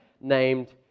named